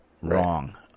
wrong